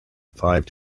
five